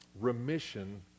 remission